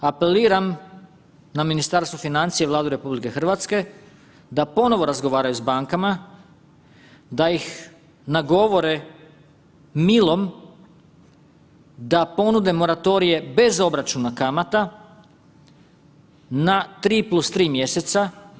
Apeliram na Ministarstvo financija i Vladu RH da ponovo razgovaraju s bankama, da ih nagovore milom da ponude moratorije bez obračuna kamata na 3+3 mjeseca.